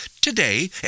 today